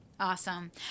Awesome